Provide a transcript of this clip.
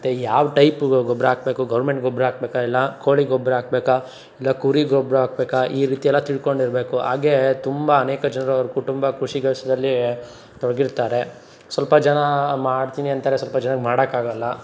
ಮತ್ತು ಯಾವ ಟೈಪ್ ಗೊಬ್ಬರ ಹಾಕಬೇಕು ಗೌರ್ಮೆಂಟ್ ಗೊಬ್ಬರ ಹಾಕಬೇಕಾ ಇಲ್ಲ ಕೋಳಿ ಗೊಬ್ಬರ ಹಾಕಬೇಕಾ ಇಲ್ಲ ಕುರಿ ಗೊಬ್ಬರ ಹಾಕಬೇಕಾ ಈ ರೀತಿ ಎಲ್ಲ ತಿಳ್ಕೊಂಡಿರ್ಬೇಕು ಹಾಗೇ ತುಂಬ ಅನೇಕ ಜನರು ಅವರ ಕುಟುಂಬ ಕೃಷಿ ಕೆಲಸದಲ್ಲಿ ತೊಡ್ಗಿರ್ತಾರೆ ಸ್ವಲ್ಪ ಜನ ಮಾಡ್ತೀನಿ ಅಂತಾರೆ ಸ್ವಲ್ಪ ಜನಕ್ಕೆ ಮಾಡೋಕ್ಕಾಗಲ್ಲ